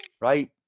right